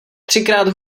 třikrát